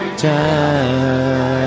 time